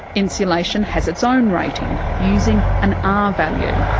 insulation has its own rating, using an r value,